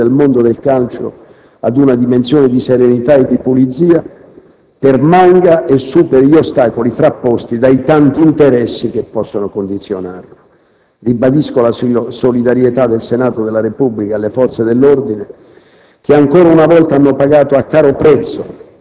contro le degenerazioni, di rigore e restituzione del mondo del calcio ad una dimensione di serenità e di pulizia permanga e superi gli ostacoli frapposti dai tanti interessi che possono condizionarlo. Ribadisco la solidarietà del Senato della Repubblica alle forze dell'ordine,